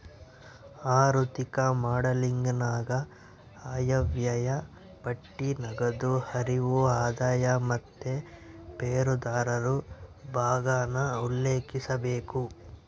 ಆಋಥಿಕ ಮಾಡೆಲಿಂಗನಾಗ ಆಯವ್ಯಯ ಪಟ್ಟಿ, ನಗದು ಹರಿವು, ಆದಾಯ ಮತ್ತೆ ಷೇರುದಾರರು ಭಾಗಾನ ಉಲ್ಲೇಖಿಸಬೇಕು